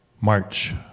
March